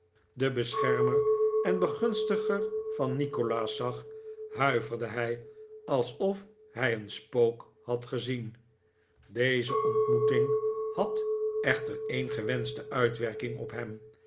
ij ralph nikolaas zag huiverde hij alsof hij een spook had gezien deze ontmoeting had echter een gewenschte uitwerking op hem